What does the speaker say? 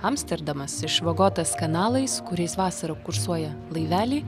amsterdamas išvagotas kanalais kuriais vasarą kursuoja laiveliai